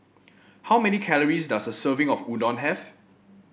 how many calories does a serving of Udon have